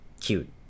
cute